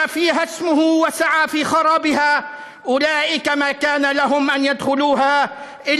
והרחום: "מנוולים מכול הם החוסמים את